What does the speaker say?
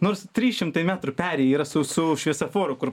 nors trys šimtai metrų perėja yra su su šviesoforu kur